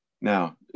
Now